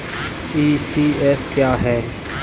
ECS क्या है?